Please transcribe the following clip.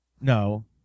No